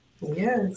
yes